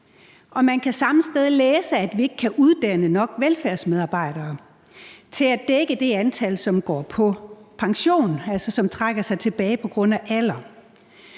Man kan samme sted læse, at vi ikke kan uddanne nok velfærdsmedarbejdere til at dække det antal, som går på pension, altså som trækker sig tilbage på grund af alder.